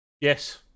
yes